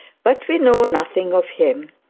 but we know nothing of him.